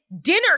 dinner